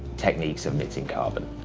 techniques of knitting carbon.